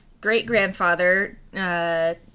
great-grandfather